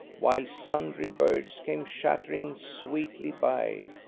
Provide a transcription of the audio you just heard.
while sundry birds came chattering sweetly by.